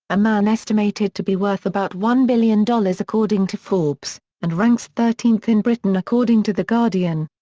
a man estimated to be worth about one billion dollars according to forbes, and ranks thirteenth in britain according to the guardian.